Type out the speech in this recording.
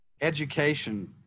education